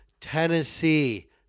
Tennessee